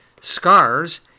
scars